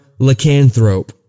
lycanthrope